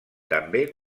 també